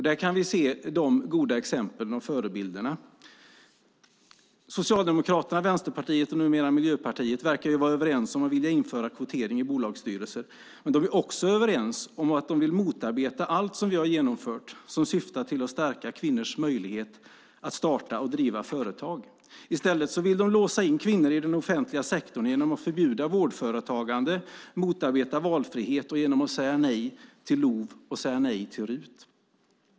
Där kan vi se de goda exemplen och förebilderna. Socialdemokraterna, Vänsterpartiet och numera också Miljöpartiet verkar vara överens om att vilja införa kvotering i bolagsstyrelser. Vi är också överens om att de vill motarbeta allt som vi har genomfört som syftar till att stärka kvinnors möjlighet att starta och driva företag. I stället vill de låsa in kvinnor i den offentliga sektorn genom att förbjuda vårdföretagande och motarbeta valfrihet och genom att säga nej till LOV och RUT.